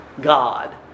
God